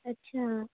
اچھا